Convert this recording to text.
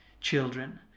children